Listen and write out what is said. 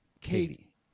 Katie